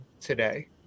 today